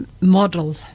model